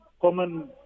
common